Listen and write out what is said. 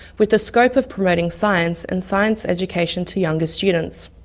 with the scope of promoting science and science education to younger students.